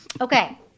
Okay